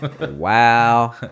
wow